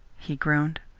he groaned.